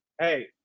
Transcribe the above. Hey